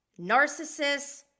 narcissist